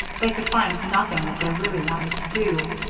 they could find nothing that they really wanted to do.